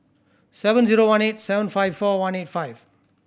seven zero one eight seven five four one eight five